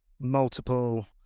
multiple